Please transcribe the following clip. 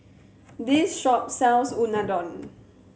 this shop sells Unadon